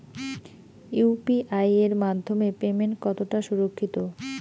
UPI এর মাধ্যমে payment কতটা সুরক্ষিত?